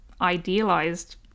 idealized